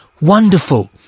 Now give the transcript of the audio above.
Wonderful